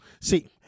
See